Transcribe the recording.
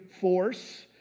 force